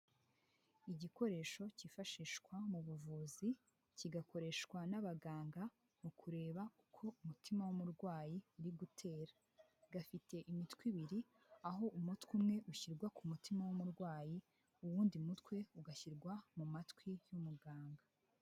Igikoresho cyifashishwa mu buvuzi kigakoreshwa n'abaganga mu kureba uko umutima w'umurwayi uri gutera gafite imitwe ibiri aho umutwe umwe ushyirwa ku mutima w'umurwayi uwundi mutwe ugashyirwa mu matwi y'umuganga.